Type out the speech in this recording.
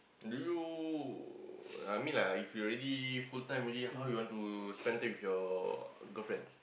do you uh I mean like if you already full time already how you want to spend time with your girlfriend